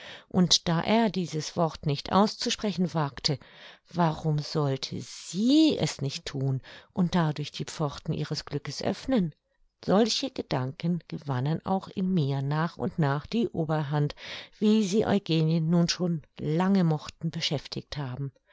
und da er dieses wort nicht auszusprechen wagte warum sollte sie es nicht thun und dadurch die pforten ihres glückes öffnen solche gedanken gewannen auch in mir nach und nach die oberhand wie sie eugenien schon lange mochten beschäftigt haben